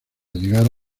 llegar